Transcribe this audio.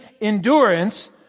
endurance